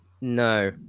no